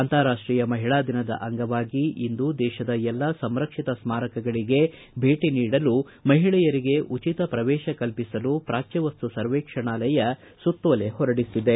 ಅಂತಾರಾಷ್ಷೀಯ ಮಹಿಳಾ ದಿನದ ಅಂಗವಾಗಿ ಇಂದು ದೇಶದ ಎಲ್ಲಾ ಸಂರಕ್ಷಿತ ಸ್ಮಾರಕಗಳಿಗೆ ಭೇಟಿ ನೀಡಲು ಮಹಿಳೆಯರಿಗೆ ಉಚಿತ ಪ್ರವೇಶ ಕಲ್ಪಿಸಲು ಪ್ರಾಚ್ಯವಸ್ತು ಸರ್ವೇಕ್ಷಣಾಲಯ ಸುತ್ತೋಲೆ ಹೊರಡಿಸಿದೆ